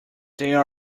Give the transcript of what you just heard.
there